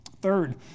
third